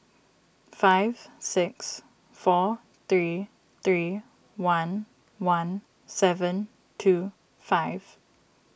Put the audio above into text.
five six four three three one one seven two five